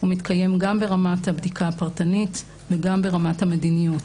הוא מתקיים גם ברמת הבדיקה הפרטנית וגם ברמת המדיניות.